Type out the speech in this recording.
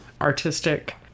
artistic